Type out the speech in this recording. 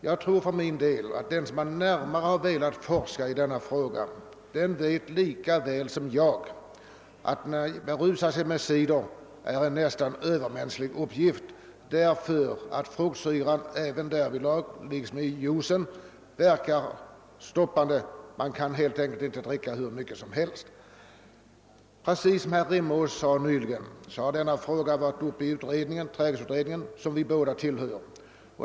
Jag tror för min del att den som har velat närmare forska i denna fråga vet lika väl som jag, att det är en nästan övermänsklig uppgift att berusa sig med cider, eftersom fruktsyran liksom i juicen verkar stoppande — man kan helt enkelt inte dricka hur mycket som helst. Som herr Rimås sade nyss har denna fråga varit uppe i trädgårdsnäringsutredningen, som vi båda tillhör.